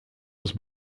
was